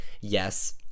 yes